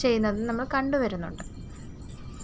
ചെയ്യുന്നത് നമ്മൾ കണ്ടുവരുന്നുണ്ട്